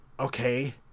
okay